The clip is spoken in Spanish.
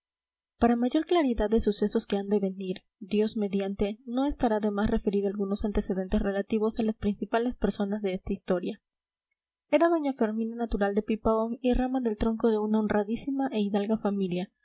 para mayor claridad de sucesos que han de venir dios mediante no estará de más referir algunos antecedentes relativos a las principales personas de esta historia era doña fermina natural de pipaón y rama del tronco de una honradísima e hidalga familia